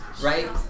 right